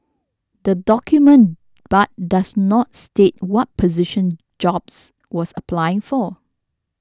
the document but does not state what position Jobs was applying for